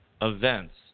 Events